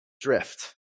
drift